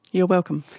you're welcome.